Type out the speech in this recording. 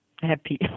happy